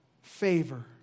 favor